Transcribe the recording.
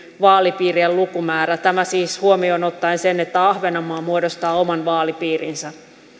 vaalipiirien lukumäärä tämä siis huomioon ottaen sen että ahvenanmaa muodostaa oman vaalipiirinsä